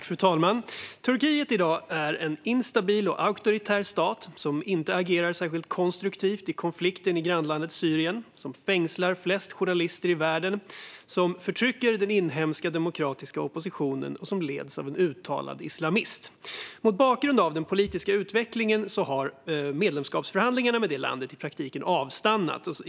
Fru talman! Turkiet är i dag en instabil och auktoritär stat som inte agerar särskilt konstruktivt i konflikten i grannlandet Syrien, fängslar flest journalister i världen, förtrycker den inhemska demokratiska oppositionen och leds av en uttalad islamist. Mot bakgrund av den politiska utvecklingen har medlemskapsförhandlingarna med landet i praktiken avstannat.